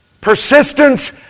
Persistence